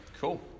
Cool